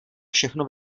všechno